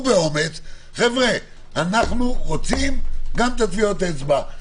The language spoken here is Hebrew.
באומץ: אנחנו רוצים גם את טביעות האצבע,